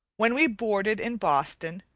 when we boarded in boston,